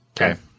okay